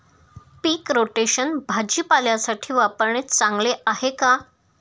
पीक rotation भाजीपाल्यासाठी वापरणे चांगले आहे का?